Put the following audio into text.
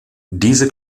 diese